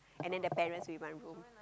and then the parents with my room